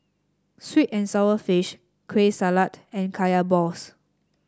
sweet and sour fish Kueh Salat and Kaya Balls